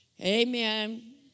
Amen